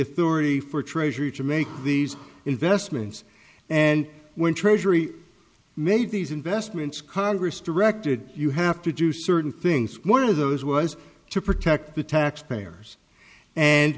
authority for treasury to make these investments and when treasury made these investments congress directed you have to do certain things one of those was to protect the taxpayers and